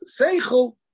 seichel